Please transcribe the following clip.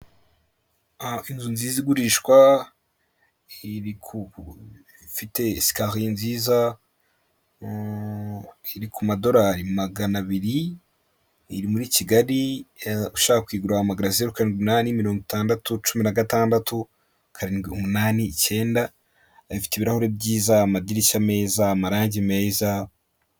Inzu nziza igurishwa, ibifite esakaliye nziza, iri ku madorari magana abiri, iri muri Kigali, ushaka kuyigura wahamagara zeru karindwi umunani mirongo itandatu cumi na gatandatu numunani icyenda. Ifite ibirahuri byiza, amadirishya meza, amarangi meza...